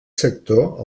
sector